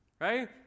right